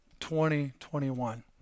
2021